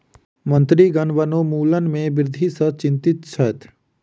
मंत्रीगण वनोन्मूलन में वृद्धि सॅ चिंतित छैथ